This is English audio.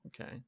okay